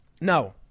No